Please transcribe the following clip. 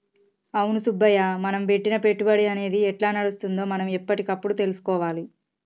అవును సుబ్బయ్య మనం పెట్టిన పెట్టుబడి అనేది ఎట్లా నడుస్తుందో మనం ఎప్పటికప్పుడు తెలుసుకోవాలి